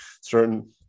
certain